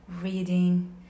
reading